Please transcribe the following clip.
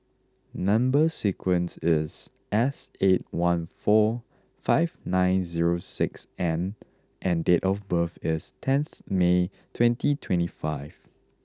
number sequence is S eight one four five nine zero six N and date of birth is tenth May twenty twenty five